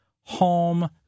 home